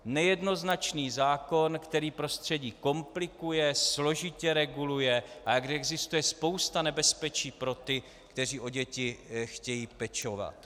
Nejednoznačný zákon, který prostředí komplikuje, složitě reguluje a kde existuje spousta nebezpečí pro ty, kteří o děti chtějí pečovat.